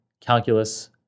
calculus